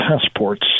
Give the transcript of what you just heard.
Passports